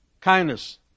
kindness